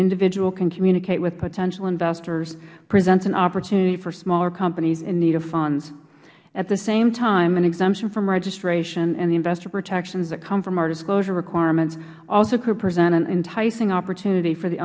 individual can communicate with potential investors presents an opportunity for smaller companies in need of funds at the same time an exemption from registration and the investor protections that come from our disclosure requirements also could present an enticing opportunity for the